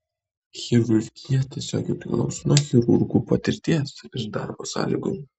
chirurgija tiesiogiai priklauso nuo chirurgo patirties ir darbo sąlygų